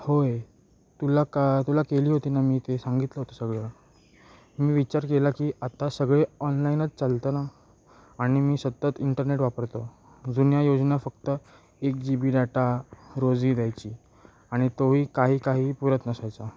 होय तुला का तुला केली होती ना मी ते सांगितलं होतं सगळं मी विचार केला की आत्ता सगळे ऑनलाईनच चालतं ना आणि मी सतत इंटरनेट वापरतो जुन्या योजना फक्त एक जी बी डाटा रोजही द्यायची आणि तोही काही काही पुरत नसायचा